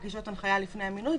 פגישות הנחיה לפני המינוי,